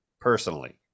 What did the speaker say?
personally